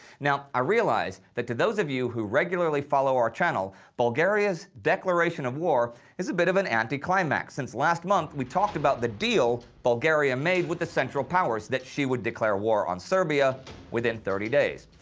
i realize that to those of you who regularly follow our channel bulgaria's declaration of war is a bit of an anti-climax, since last month we talked about the deal bulgaria made with the central powers that she would declare war on serbia within thirty days,